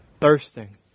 thirsting